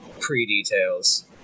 pre-details